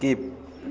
skip